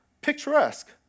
Picturesque